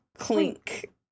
clink